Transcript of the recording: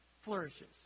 flourishes